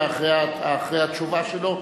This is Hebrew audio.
ואחרי התשובה שלו,